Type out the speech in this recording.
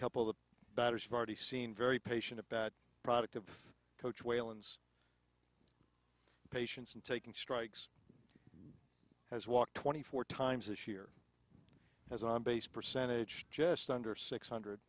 couple of batters farty seen very patient a bad product of coach whalen's patience and taking strikes has walked twenty four times this year as on base percentage just under six hundred